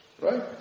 Right